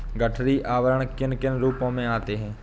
गठरी आवरण किन किन रूपों में आते हैं?